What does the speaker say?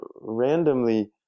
randomly